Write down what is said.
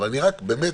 אבל אני רק אומר,